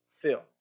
Phil